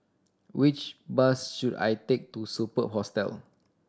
which bus should I take to Superb Hostel